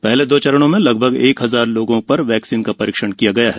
पहले दो चरणों में लगभग एक हजार लोगों पर वैकप्रीन का परीक्षण किया गया है